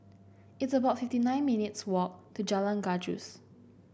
it's about fifty nine minutes' walk to Jalan Gajus